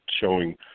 showing